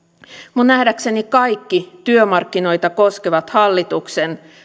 minun nähdäkseni kaikki työmarkkinoita koskevat hallituksen